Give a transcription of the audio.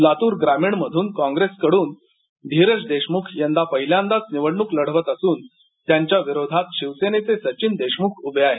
लातूर ग्रामीण मधून काँप्रेस कडून धीरज देशमुख यंदा पहिल्यांदाच निवडणूक लढवत असूनत्यांच्या विरोधात शिवसेनेचे सचिनदेशमुख उभे आहेत